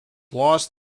lost